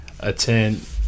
attend